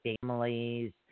families